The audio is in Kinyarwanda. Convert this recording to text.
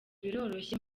biroroshye